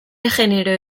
genero